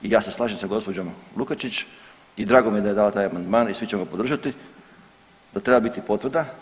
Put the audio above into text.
I ja se slažem sa gospođom LUkačić i drago mi je da je dala taj amandman i svi ćemo ga podržati da treba biti potvrda.